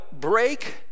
break